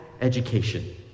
education